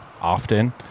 Often